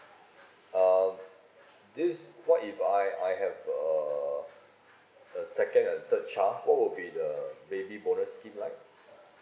uh this what if I I have a a second and third child what will be the baby bonus scheme like